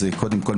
קודם כל,